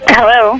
Hello